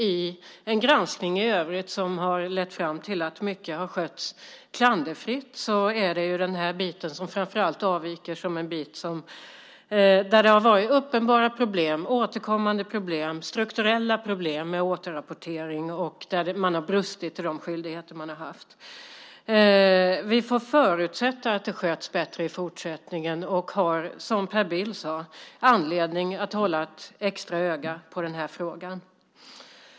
I den granskning i övrigt som har lett fram till slutsatsen att mycket har skötts klanderfritt är den här biten det som framför allt avviker som en bit där det har varit uppenbara problem, återkommande problem, strukturella problem med återrapportering och där man har brustit i de skyldigheter man har haft. Vi får förutsätta att det sköts bättre i fortsättningen och har, som Per Bill sade, anledning att hålla ett extra öga på den här frågan.